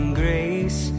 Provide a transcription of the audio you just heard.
grace